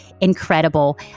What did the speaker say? incredible